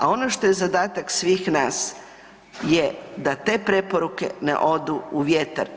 A ono što je zadatak svih nas je da te preporuke ne odu u vjetar.